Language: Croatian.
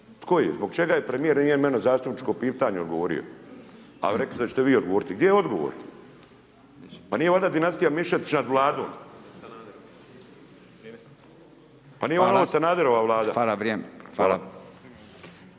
Tko je, zbog čega je premijer, nije meni na zastupničko pitanje odgovorio, a rekli ste da ćete vi odgovoriti. Gdje je odgovor? Pa nije valjda dinastija …/Govornik se ne razumije/…? Pa nije ovo Sanaderova Vlada? …/Upadica: Hvala,